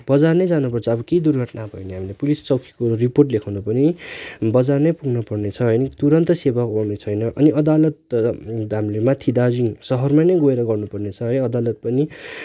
बजार नै जानुपर्छ केही दुर्घटना भयो भने पुलिस चौकीको रिपोर्ट लेखाउनु पनि बजार नै पुग्न पर्ने छ तुरन्त सेवा गर्ने छैन अनि अदालत त हामीले माथि दार्जिलिङ सहरमा नै गएर गर्नुपर्ने छ अदालत पनि